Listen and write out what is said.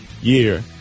year